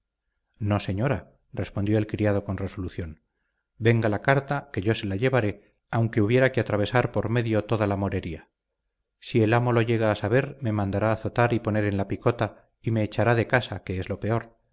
no señora respondió el criado con resolución venga la carta que yo se la llevaré aunque hubiera que atravesar por medio toda la morería si el amo lo llega a saber me mandará azotar y poner en la picota y me echará de casa que es lo peor